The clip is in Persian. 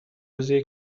روزیه